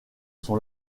sont